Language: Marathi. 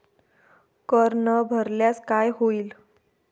कर न भरल्यास काय होईल?